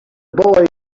boy